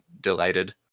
delighted